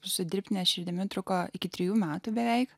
su dirbtine širdimi truko iki trijų metų beveik